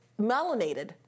melanated